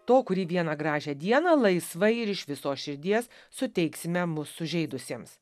to kurį vieną gražią dieną laisvai ir iš visos širdies suteiksime mus sužeidusiems